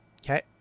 Okay